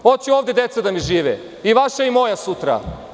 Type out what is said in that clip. Hoću ovde deca da mi žive i vaša i moja sutra.